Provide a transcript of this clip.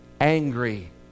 angry